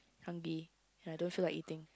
hungry and I don't feel like eating